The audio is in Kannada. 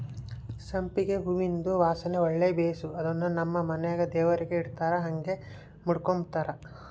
ಸಂಪಿಗೆ ಹೂವಿಂದು ವಾಸನೆ ಒಳ್ಳೆ ಬೇಸು ಅದುನ್ನು ನಮ್ ಮನೆಗ ದೇವರಿಗೆ ಇಡತ್ತಾರ ಹಂಗೆ ಮುಡುಕಂಬತಾರ